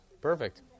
perfect